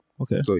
Okay